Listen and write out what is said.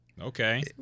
Okay